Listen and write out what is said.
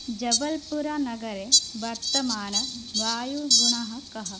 जबल्पूरानगरे वर्तमानवायुगुणः कः